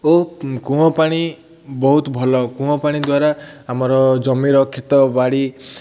ଓ କୂଅ ପାଣି ବହୁତ ଭଲ କୂଅ ପାଣି ଦ୍ୱାରା ଆମର ଜମିର କ୍ଷେତ ବାଡ଼ି